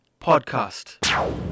Podcast